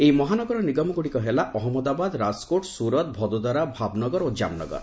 ଏହି ମହାନଗର ନିଗମଗୁଡ଼ିକ ହେଲା ଅହମ୍ମଦାବାଦ ରାଜକୋଟ୍ ସୁରତ୍ ଭଦୋଦରା ଭାବନଗର ଓ ଜାମ୍ନଗର